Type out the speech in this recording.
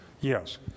Yes